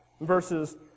Verses